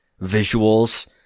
visuals